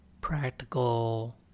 practical